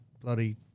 bloody